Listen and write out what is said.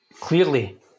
clearly